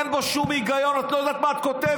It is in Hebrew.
אין בו שום היגיון, את לא יודעת מה את כותבת.